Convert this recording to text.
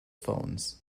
phones